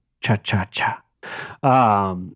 cha-cha-cha